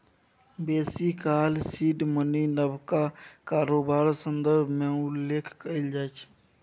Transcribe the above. बेसी काल seed money नबका कारोबार संदर्भ मे उल्लेख कएल जाइ छै